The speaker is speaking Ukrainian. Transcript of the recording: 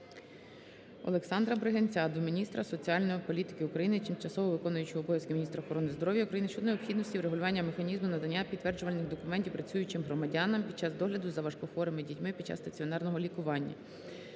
Олександра Бригинця до міністра соціальної політики України, тимчасово виконуючої обов'язки міністра охорони здоров'я України щодо необхідності врегулювання механізму надання підтверджувальних документів працюючим громадянам, під час догляду за важкохворими дітьми (під час стаціонарного лікування).